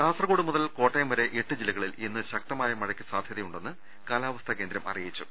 കാസർകോട് മുതൽ കോട്ടയം വരെ എട്ട് ജില്ലകളിൽ ഇന്ന് ശക്ത മായ മഴയ്ക്ക് സാധ്യതയുണ്ടെന്ന് കാലാവസ്ഥാ ക്ഷേന്ദ്രം അറിയിച്ചു